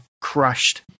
crushed